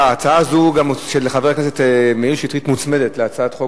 ההצעה של חבר הכנסת שטרית מוצמדת להצעת החוק